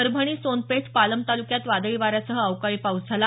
परभणी सोनपेठ पालम तालुक्यात वादळी वाऱ्यासह अवकाळी पाऊस झाला